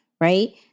right